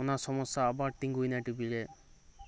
ᱚᱱᱟ ᱥᱚᱢᱚᱥᱥᱟ ᱟᱵᱟᱨ ᱛᱤᱸᱜᱩᱭᱮᱱᱟ ᱴᱤᱵᱷᱤᱨᱮ